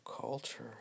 culture